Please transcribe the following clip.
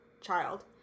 child